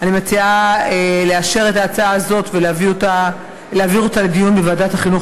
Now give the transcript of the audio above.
אני מציעה לאשר את ההצעה הזאת ולהעביר אותה לדיון בוועדת החינוך,